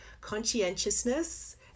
conscientiousness